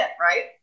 right